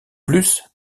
plus